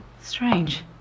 Strange